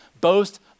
Boast